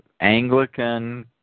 Anglican